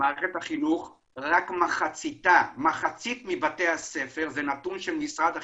לפי נתונים של משרד החינוך,